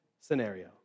scenario